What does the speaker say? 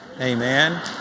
Amen